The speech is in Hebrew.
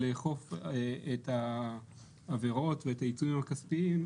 לאכוף את העבירות ואת העיצומים הכספיים.